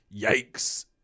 yikes